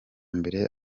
mbere